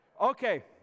Okay